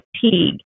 fatigue